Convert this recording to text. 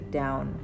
down